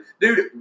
Dude